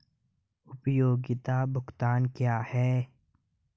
उपयोगिता भुगतान क्या हैं?